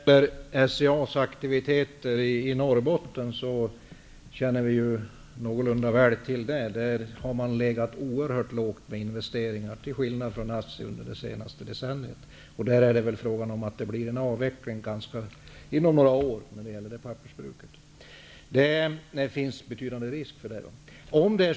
Herr talman! SCA:s aktiviteter i Norrbotten känner vi ju någorlunda väl till. SCA har, till skillnad från ASSI, legat oerhört lågt med investeringar under det senaste decenniet. Det är väl fråga om att det blir en avveckling av det pappersbruket inom några år. Det finns betydande risk för det.